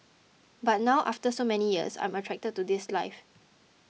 but now after so many years I'm attracted to this life